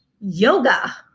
Yoga